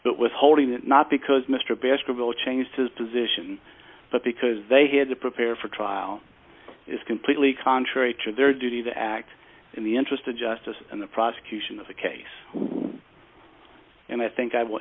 but withholding it not because mr bastable changed his position but because they had to prepare for trial is completely contrary to their duty to act in the interest of justice in the prosecution of the case and i think i